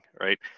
Right